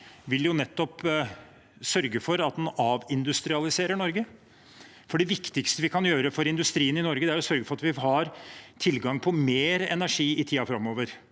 vil sørge for at en avindustrialiserer Norge. Det viktigste vi kan gjøre for industrien i Norge, er å sørge for at vi har tilgang på mer energi i tiden framover,